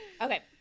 okay